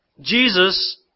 Jesus